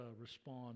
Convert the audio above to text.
respond